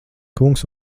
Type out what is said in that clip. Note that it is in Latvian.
kungs